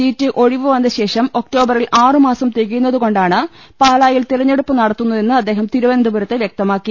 seat ഒഴിവ് വന്ന ശേഷം ഒക്ടോബറിൽ ആറുമാസം തികയുന്നത് കൊണ്ടാണ് പാലായിൽ തെരഞ്ഞെടുപ്പ് നടത്തുന്നതെന്ന് അദ്ദേഹം തിരുവനന്തപുരത്ത് വ്യക്ത മാക്കി